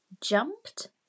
jumped